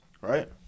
right